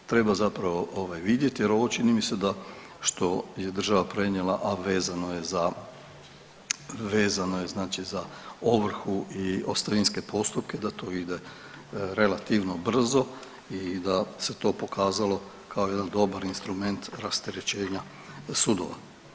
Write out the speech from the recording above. Treba zapravo ovaj vidjeti jer ovo čini mi se da što je država prenijela, a vezano je za, vezano je znači ovrhu i ostavinske postupke da tu ide relativno brzo i da se to pokazalo kao jedan dobar instrument rasterećenja sudova.